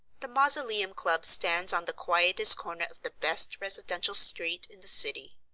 the mausoleum club stands on the quietest corner of the best residential street in the city.